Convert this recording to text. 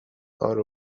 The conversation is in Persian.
آره